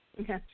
Okay